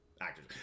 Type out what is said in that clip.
Actors